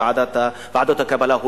ועדות הקבלה,